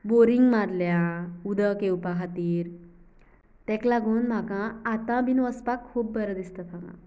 boring मारल्या उदक येवपा खातीर ताका लागून म्हाका आता बीन वचपाक खूब बरें दिसता थंगा